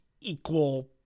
equal